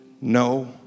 no